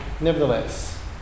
nevertheless